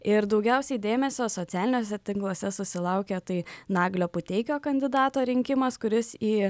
ir daugiausiai dėmesio socialiniuose tinkluose susilaukė tai naglio puteikio kandidato rinkimas kuris į